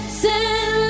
send